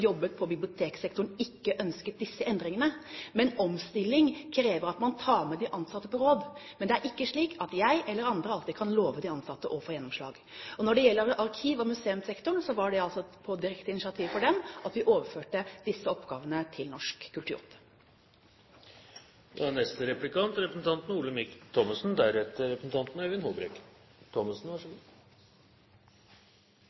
jobbet i biblioteksektoren, ønsket ikke disse endringene. Omstilling krever at man tar de ansatte med på råd, men det er ikke slik at jeg eller andre alltid kan love de ansatte gjennomslag. Når det gjelder arkiv- og museumssektoren, var det altså på direkte initiativ fra dem at vi overførte disse oppgavene til Norsk